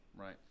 Right